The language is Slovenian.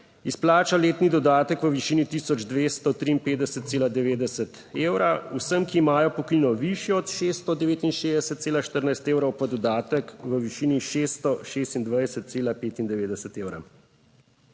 izplača letni dodatek v višini tisoč 253,90 evra, vsem, ki imajo pokojnino višjo od 669,14 evrov pa dodatek v višini 626,95 evra.